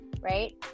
Right